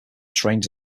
trains